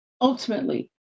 ultimately